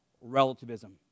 relativism